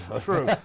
True